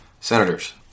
Senators